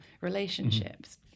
relationships